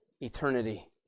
eternity